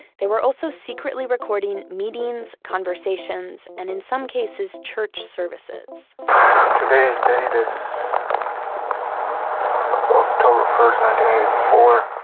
they were also secretly recording meetings, conversations, and in some cases, church services um